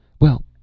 Well